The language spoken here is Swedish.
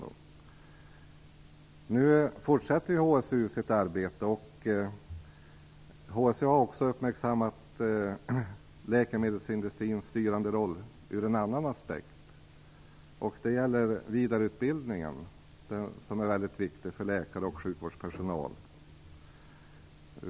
HSU 2000 fortsätter nu sitt arbete, och utredningen har också uppmärksammat läkemedelsindustrins styrande roll ur en annan aspekt. Det gäller vidareutbildningen, som är väldigt viktig för läkare och sjukvårdspersonal.